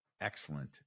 excellent